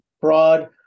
fraud